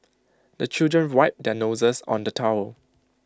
the children wipe their noses on the towel